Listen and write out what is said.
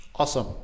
Awesome